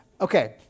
Okay